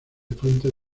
fuentes